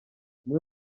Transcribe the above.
umwe